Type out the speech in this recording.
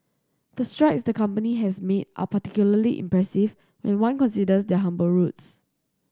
the strides the company has made are particularly impressive when one considers their humble roots